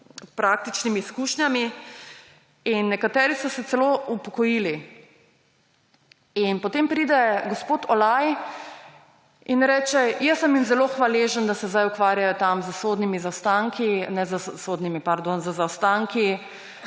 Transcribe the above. praktičnimi izkušnjami; in nekateri so se celo upokojili. In potem pride gospod Olaj in reče – jaz sem jim zelo hvaležen, da se zdaj ukvarjajo tam z zaostanki v neki posebni skupini za zaostanke